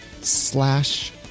slash